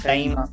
Time